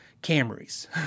Camry's